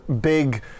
big